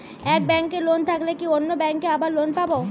এক ব্যাঙ্কে লোন থাকলে কি অন্য ব্যাঙ্কে আবার লোন পাব?